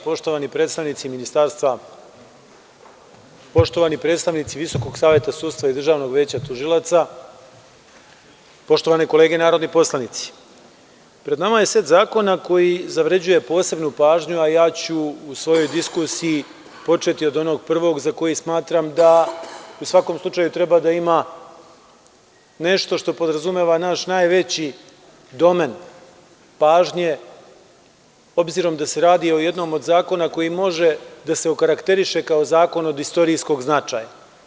Poštovani predstavnici Ministarstva, poštovani predstavnici Visokog saveta sudstva i Državnog veća tužilaca, poštovane kolege narodni poslanici, pred nama je set zakona koji zavređuje posebnu pažnju, a ja ću u svojoj diskusiji početi od onog prvog za koji smatram da u svakom slučaju treba da ima nešto što podrazumeva naš najveći domen pažnje, obzirom da se radi o jednom od zakona koji može da se okarakteriše kao zakon od istorijskog značaja.